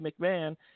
McMahon